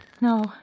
No